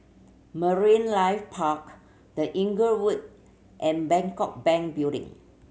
Marine Life Park The Inglewood and Bangkok Bank Building